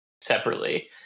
separately